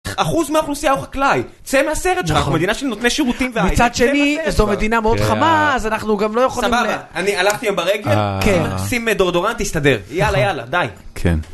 אחוז מהאוכלוסייה הוא חקלאי, צא מהסרט שלך, אנחנו מדינה של נותני שירותים והייטק. מצד שני, זו מדינה מאוד חמה, אז אנחנו גם לא יכולים ל... סבבה, אני הלכתי היום ברגל, שים דאודורנט, תסתדר, יאללה יאללה, די. כן.